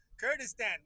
Kurdistan